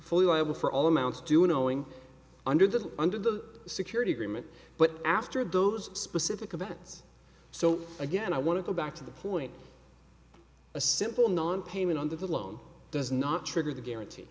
fully liable for all amounts do knowing under the under the security agreement but after those specific events so again i want to go back to the point a simple non payment on that alone does not trigger the guarantee